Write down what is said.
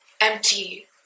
empty